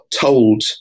told